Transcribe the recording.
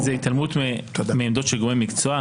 זו התעלמות מעמדות של גורם מקצוע.